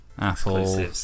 Apple